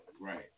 Right